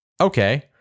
Okay